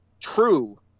true